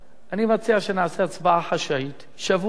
אני מציע שנעשה הצבעה חשאית בשבוע הבא,